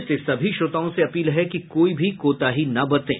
इसलिए सभी श्रोताओं से अपील है कि कोई भी कोताही न बरतें